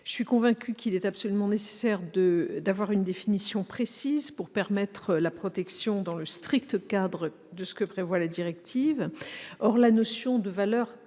Je suis convaincue de l'absolue nécessité d'avoir une définition précise pour permettre la protection dans le strict cadre de ce que prévoit la directive.